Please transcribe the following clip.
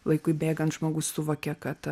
laikui bėgant žmogus suvokia kad